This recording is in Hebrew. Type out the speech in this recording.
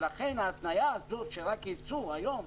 לכן ההתניה הזאת שרק ייצוא, היום,